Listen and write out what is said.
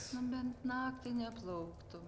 nu bent naktį neplauktum